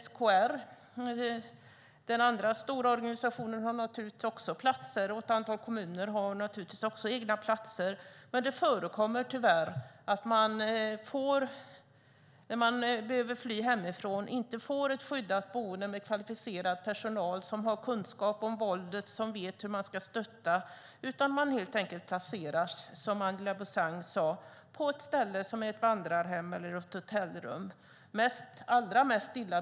SKR, den andra stora organisationen, har givetvis också platser, och ett antal kommuner har egna platser. Tyvärr förekommer det dock att kvinnor när de behöver fly hemifrån inte får ett skyddat boende med kvalificerad personal som har kunskap om våldet och vet hur de ska stötta. I stället placeras kvinnorna på ett vandrarhem eller hotellrum, som Angela Beausang sade.